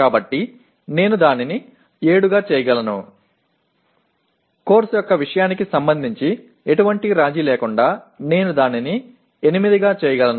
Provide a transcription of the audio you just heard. కాబట్టి నేను దానిని 7 గా చేయగలను కోర్సు యొక్క విషయానికి సంబంధించి ఎటువంటి రాజీ లేకుండా నేను దానిని 8 గా చేయగలను